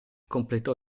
completò